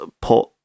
put